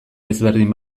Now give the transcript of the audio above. ezberdin